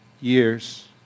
years